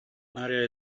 maria